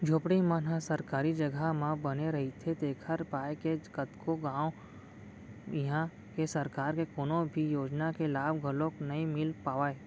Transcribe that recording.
झोपड़ी मन ह सरकारी जघा म बने रहिथे तेखर पाय के कतको घांव इहां के सरकार के कोनो भी योजना के लाभ घलोक नइ मिल पावय